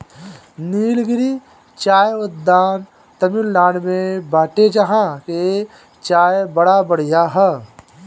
निलगिरी चाय उद्यान तमिनाडु में बाटे जहां के चाय बड़ा बढ़िया हअ